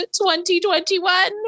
2021